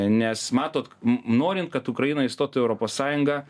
nes matot norint kad ukraina įstotų į europos sąjungą